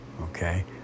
okay